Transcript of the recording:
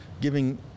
giving